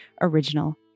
original